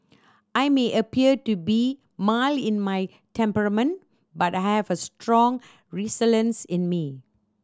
I may appear to be mild in my temperament but I have a strong resilience in me